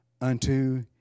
unto